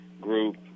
group